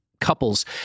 couples